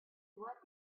what